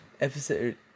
Episode